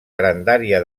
grandària